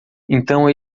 então